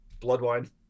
Bloodwine